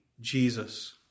Jesus